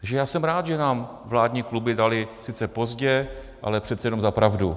Takže já jsem rád, že nám vládní kluby daly, sice pozdě, ale přece jen, za pravdu.